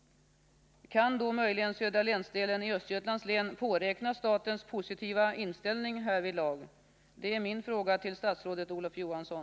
Kan då möjligen södra länsdelen i Öste påräkna statens positiva inställning härvidlag? Det är min fråga till statsrådet Olof Johansson.